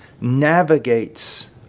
navigates